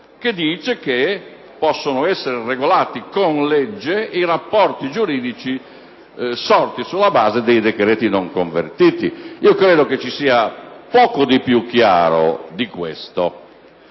lo ripeto - possono essere regolati con legge i rapporti giuridici sorti sulla base dei decreti non convertiti. Credo che poco sia più chiaro di questo